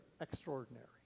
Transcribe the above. extraordinary